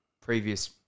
previous